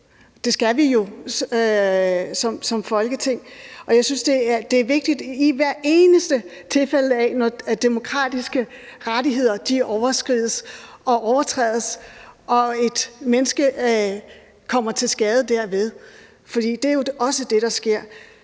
det skal vi jo som Folketing. Jeg synes, det er vigtigt i hvert eneste tilfælde, hvor demokratiske rettigheder ikke respekteres, og et menneske kommer til skade derved – for det er jo også det, der sker